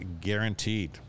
guaranteed